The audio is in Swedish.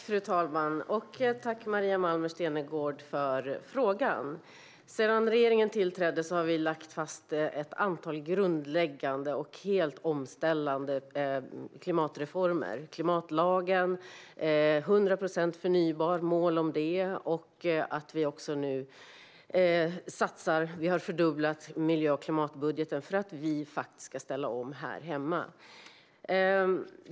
Fru talman! Tack, Maria Malmer Stenergard, för frågan! Sedan regeringen tillträdde har vi lagt fast ett antal grundläggande och helt omställande klimatreformer. Det är klimatlagen och mål om 100 procent förnybart, och vi fördubblar nu miljö och klimatbudgeten för att vi ska ställa om här hemma.